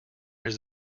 his